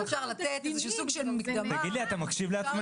אפשר לתת סוג של מקדמה --- אתה מקשיב לעצמך?